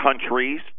countries